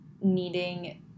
needing